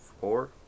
Four